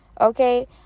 Okay